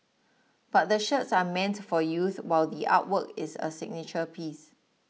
but the shirts are meant for youth while the artwork is a signature piece